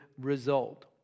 result